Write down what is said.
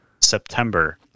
September